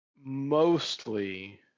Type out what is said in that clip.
mostly